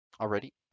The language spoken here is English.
Already